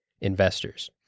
investors